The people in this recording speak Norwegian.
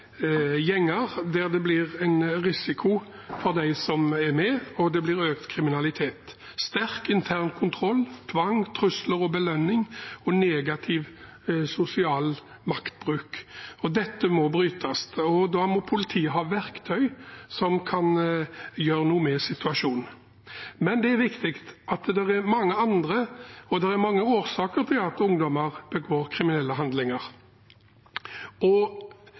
det blir en risiko for dem som er med, og det blir økt kriminalitet, sterk intern kontroll, tvang, trusler og belønning og negativ sosial maktbruk. Dette må brytes opp, og da må politiet ha verktøy som kan gjøre noe med situasjonen. Det er viktig å huske at det er mange årsaker til at ungdom begår kriminelle handlinger.